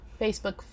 Facebook